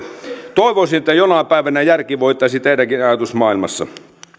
toivoisin että jonain päivänä järki voittaisi teidänkin ajatusmaailmassanne